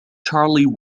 charlie